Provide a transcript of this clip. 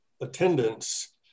attendance